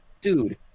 dude